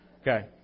Okay